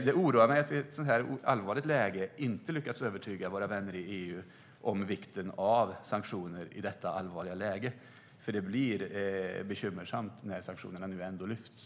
Det oroar mig att vi i detta allvarliga läge inte lyckas övertyga våra vänner i EU om vikten av sanktioner, för det blir bekymmersamt när sanktionerna nu lyfts.